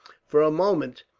for a moment,